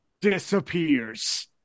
disappears